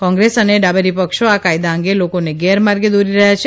કોંગ્રેસ અને ડાબેરીપક્ષો આ કાયદા અંગે લોકોને ગેરમાર્ગે દોરી રહ્યા છે